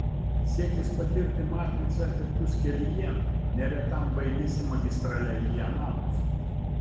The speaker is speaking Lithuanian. siekis patirti matrica efektus kelyje neretam baigiasi magistrale į anapus